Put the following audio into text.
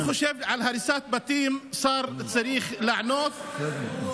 אני חושב שהשר צריך לענות לגבי נושא הריסת הבתים,